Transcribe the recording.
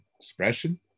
expression